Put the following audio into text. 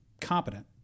competent